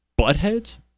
Buttheads